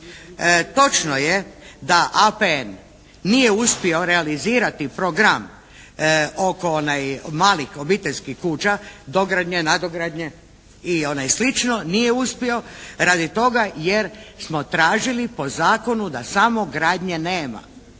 Točno je da APN nije uspio realizirati program oko malih obiteljskih kuća, dogradnje, nadogradnje i slično. Nije uspio, radi toga jer smo tražili po zakonu da samogradnje nema.